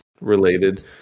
related